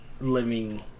living